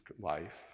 life